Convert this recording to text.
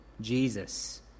Jesus